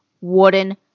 wooden